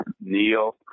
Neil